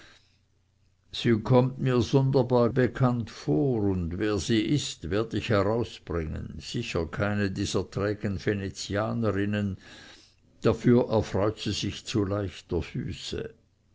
sie kommt mir sonderbar bekannt vor und wer sie ist werd ich herausbringen sicher keine dieser trägen venezianerinnen dafür erfreut sie sich zu leichter füße